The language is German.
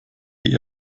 die